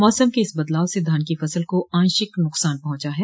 मौसम के इस बदलाव से धान की फसल को आंशिक नुकसान पहुंचा है